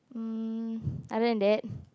mm other than that